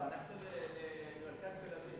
לא, אנחנו למרכז תל-אביב...